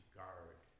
guard